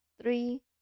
Three